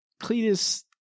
Cletus